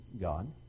God